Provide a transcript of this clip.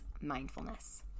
mindfulness